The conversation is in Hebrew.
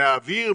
מהאוויר,